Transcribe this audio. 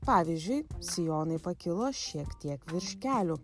pavyzdžiui sijonai pakilo šiek tiek virš kelių